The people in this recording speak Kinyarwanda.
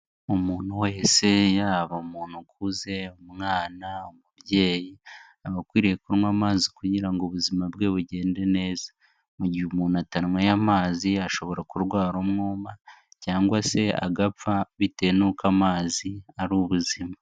Umuntu wese yaba umuntu ukuze, umwana, umubyeyi aba akwiriye kunywa amazi kugira ngo ubuzima bwe bugende neza. Mu gihe umuntu atanyweye amazi ashobora kurwara umwuma cyangwa se agapfa bitewe n'uko amazi ari ubuzima.